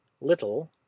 little